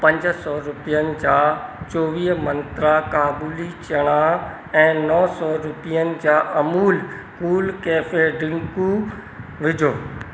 पंज सौ रुपियनि जा चौवीह मंत्रा काबुली चणा ऐं नौ सौ रुपियनि जा अमूल कूल कैफ़े ड्रिंक विझो